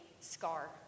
scar